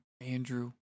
Andrew